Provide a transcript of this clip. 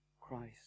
Christ